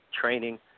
Training